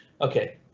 Okay